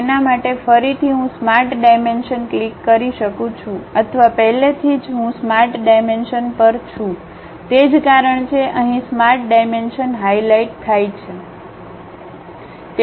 તેના માટે ફરીથી હું સ્માર્ટ ડાયમેન્શન ક્લિક કરી શકું છું અથવા પહેલાથી જ હું સ્માર્ટ ડાયમેન્શન પર છું તે જ કારણ છે અહીં સ્માર્ટ ડાયમેન્શન હાઈલાઈટ થાય છે